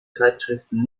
zeitschriften